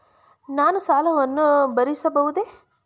ನಾನು ಸಾಲವನ್ನು ಭರಿಸಬಹುದೇ?